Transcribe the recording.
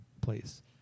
place